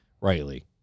rightly